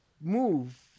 move